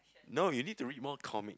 no you need to read more comics